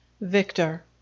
Victor